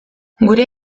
geure